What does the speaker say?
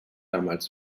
damals